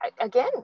again